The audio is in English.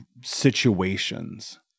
situations